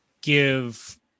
give